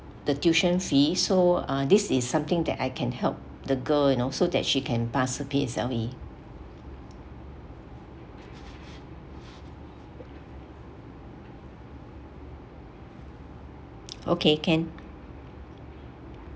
the tuition fee so uh this is something that I can help the girl you know so that she can pass the P_S_L_E okay can